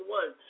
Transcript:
one